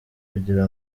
kugira